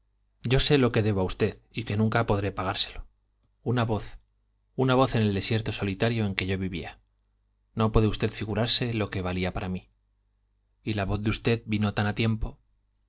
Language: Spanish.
yo sé lo que debo a usted y que nunca podré pagárselo una voz una voz en el desierto solitario en que yo vivía no puede usted figurarse lo que valía para mí y la voz de usted vino tan a tiempo